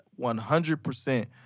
100%